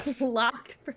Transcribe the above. locked